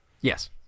Yes